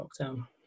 lockdown